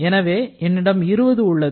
எனவே என்னிடம் 20 உள்ளது